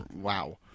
Wow